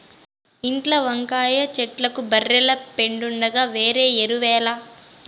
ఇంట్ల వంకాయ చెట్లకు బర్రెల పెండుండగా వేరే ఎరువేల